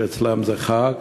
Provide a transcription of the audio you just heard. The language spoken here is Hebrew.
ואצלם עכשיו חג,